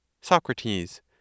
Socrates